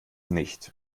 nicht